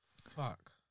Fuck